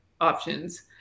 options